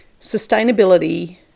Sustainability